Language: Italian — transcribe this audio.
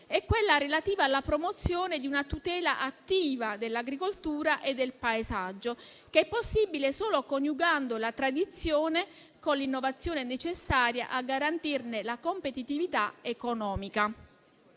è quella relativa alla promozione di una tutela attiva dell'agricoltura e del paesaggio, che è possibile solo coniugando la tradizione con l'innovazione necessaria a garantirne la competitività economica.